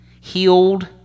healed